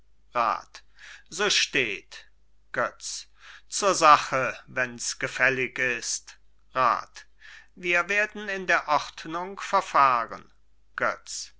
so steht götz zur sache wenn's gefällig ist rat wir werden in der ordnung verfahren götz